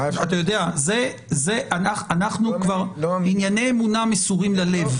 אתה יודע, ענייני אמונה מסורים ללב.